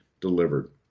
delivered